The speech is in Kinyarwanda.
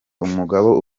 umugabo